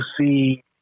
see